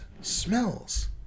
smells